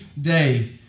day